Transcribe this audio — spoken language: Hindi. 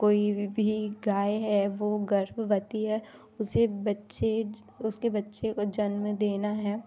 कोई भी गाय है वह गर्भवती है उसे बच्चे उसके बच्चे को जन्म देना है